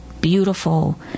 beautiful